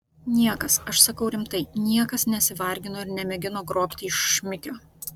niekas aš sakau rimtai niekas nesivargino ir nemėgino grobti iš šmikio